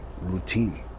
routine